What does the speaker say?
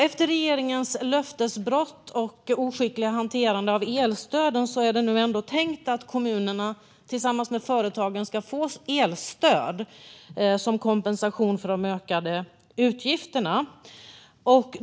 Efter regeringens löftesbrott och oskickliga hanterande av elstöden är det ändå tänkt att kommunerna tillsammans med företagen ska få elstöd som kompensation för de ökade utgifterna.